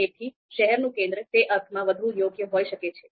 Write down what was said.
તેથી શહેરનું કેન્દ્ર તે અર્થમાં વધુ યોગ્ય હોઈ શકે છે